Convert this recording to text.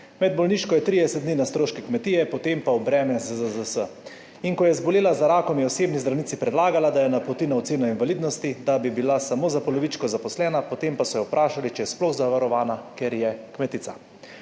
med bolniško je 30 dni na stroške kmetije, potem pa v breme ZZZS. Ko je zbolela za rakom, je osebni zdravnici predlagala, da jo napoti na oceno invalidnosti, da bi bila zaposlena samo za polovičko, potem pa so jo vprašali, če je sploh zavarovana, ker je kmetica.